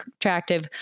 attractive